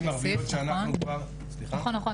נכון.